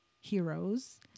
heroes